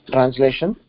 Translation